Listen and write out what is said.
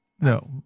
No